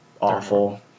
awful